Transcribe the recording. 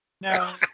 No